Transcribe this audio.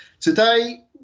today